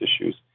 issues